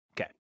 Okay